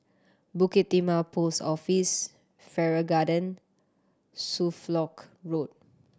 Bukit Timah Post Office Farrer Garden Suffolk Road